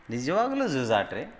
ನಿಜವಾಗ್ಲೂ ಜೂಜಾಟ ರೀ